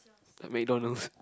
McDonald's